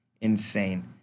insane